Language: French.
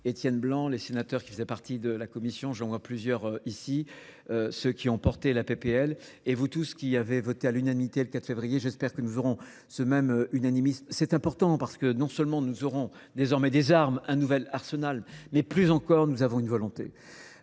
Étienne Blanc, les sénateurs qui faisaient partie de la commission, j'en vois plusieurs ici, ceux qui ont porté la PPL et vous tous qui avez voté à l'unanimité le 4 février. J'espère que nous aurons ce même unanimisme. C'est important parce que non seulement nous aurons désormais des armes, un nouvel arsenal, mais plus encore nous avons une volonté.